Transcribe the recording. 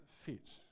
fit